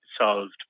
solved